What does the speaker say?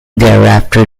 thereafter